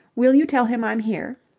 will you tell him i'm here.